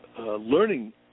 learning